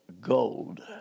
gold